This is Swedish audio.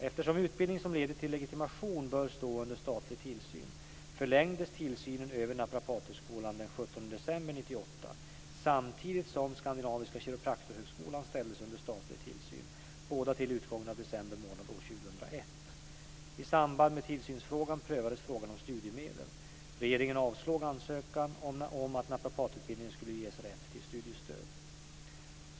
Eftersom utbildning som leder till legitimation bör stå under statlig tillsyn förlängdes tillsynen över Naprapathögskolan den 17 december 1998 samtidigt som Skandinaviska Kiropraktorhögskolan ställdes under statlig tillsyn, båda till utgången av december månad år 2001. I samband med tillsynsfrågan prövades frågan om studiemedel. Regeringen avslog ansökan om att naprapatutbildningen skulle ge rätt till studiestöd.